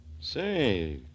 Say